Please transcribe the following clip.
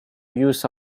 use